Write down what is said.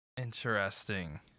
Interesting